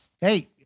hey